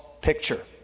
picture